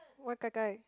why gai-gai